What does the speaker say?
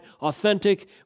authentic